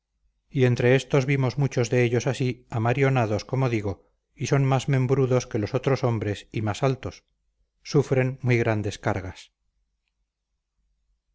y entre éstos vimos muchos de ellos así amarionados como digo y son más membrudos que los otros hombres y más altos sufren muy grandes cargas